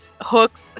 Hook's